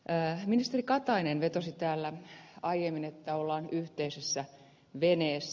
ministeri katainen vetosi täällä aiemmin että ollaan yhteisessä veneessä